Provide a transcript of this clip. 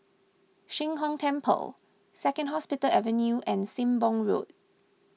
Sheng Hong Temple Second Hospital Avenue and Sembong Road